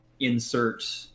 insert